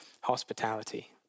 hospitality